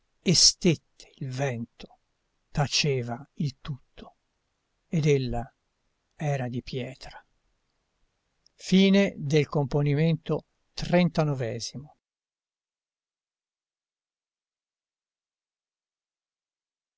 e stette il vento taceva il tutto ed ella era di pietra